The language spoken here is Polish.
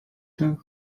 tak